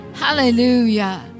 Hallelujah